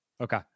okay